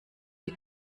die